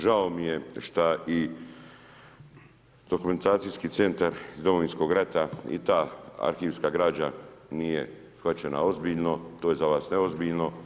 Žao mi je što i Dokumentacijski centar iz Domovinskog rata i ta arhivska građa nije shvaćena ozbiljno, to je za vas neozbiljno.